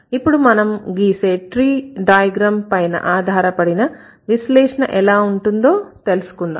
ఇప్పుడు మనం గీసే ట్రీ డయాగ్రమ్ పైన ఆధారపడిన విశ్లేషణ ఎలా ఉంటుందో తెలుసుకుందాం